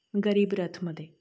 गरीबरथ मध्ये